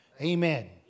Amen